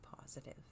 positive